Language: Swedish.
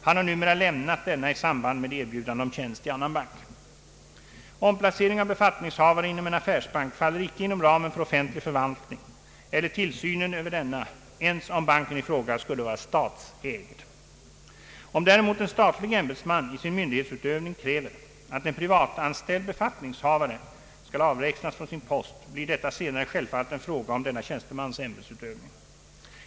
Han har numera lämnat denna i samband med erbjudande om tjänst i annan bank. Omplacering av befattningshavare inom en affärsbank faller icke inom ramen för offentlig förvaltning eller tillsynen över denna ens om banken i fråga skulle vara statsägd. Om däremot en statlig ämbetsman i sin myndighetsutövning kräver att en privatanställd befattningshavare skall avlägsnas från sin post blir detta senare självfallet en fråga om denna tjänstemans ämbetsutövning.